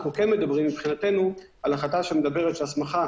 אנחנו מדברים על החלטה שמדברת שההסמכה